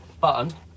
Button